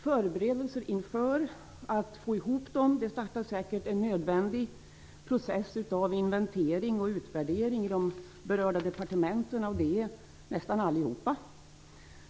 Förberedelserna inför att få ihop den startar säkert en nödvändig process av inventering och utvärdering i de berörda departementen - och det är nästan allihop.